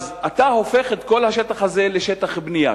אתה הופך את כל השטח הזה לשטח בנייה,